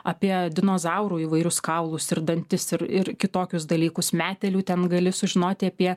apie dinozaurų įvairius kaulus ir dantis ir ir kitokius dalykus metėlių ten gali sužinoti apie